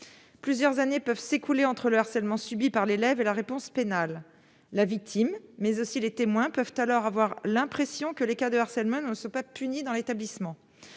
plusieurs années peuvent s'écouler entre le harcèlement subi par l'élève et la réponse pénale, la victime, mais aussi les témoins peuvent alors avoir l'impression que les cas de harcèlement ne sait pas punis dans l'établissement,